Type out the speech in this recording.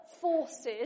forces